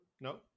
No